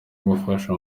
gufasha